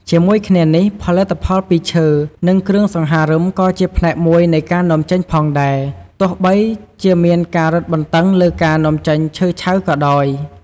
ជាមួយគ្នានេះ ផលិតផលពីឈើ និងគ្រឿងសង្ហារឹម ក៏ជាផ្នែកមួយនៃការនាំចេញផងដែរ ទោះបីជាមានការរឹតបន្តឹងលើការនាំចេញឈើឆៅក៏ដោយ។